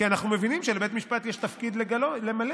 כי אנחנו מבינים שלבית המשפט יש תפקיד למלא.